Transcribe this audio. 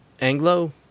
anglo